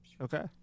Okay